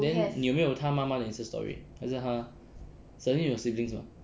then 你有没有她妈妈的 insta story 还是她 celine 有 siblings mah